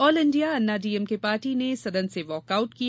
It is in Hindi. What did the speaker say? all India Anna DMK party ने सदन से वॉकआउट किया